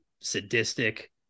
sadistic